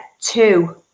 two